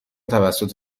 توسط